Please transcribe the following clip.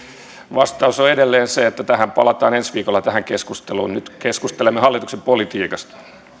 vastaus on edelleen se että tähän keskusteluun palataan ensi viikolla nyt keskustelemme hallituksen politiikasta